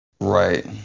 right